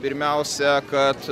pirmiausia kad